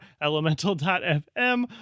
Elemental.fm